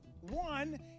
One